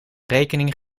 rekening